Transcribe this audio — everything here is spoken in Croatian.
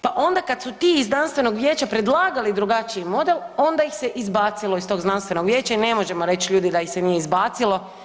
Pa onda kada su ti iz Znanstvenog vijeća predlagali drugačiji model, onda ih se izbacilo iz tog Znanstvenog vijeća i ne možemo reći ljudi da ih se nije izbacilo.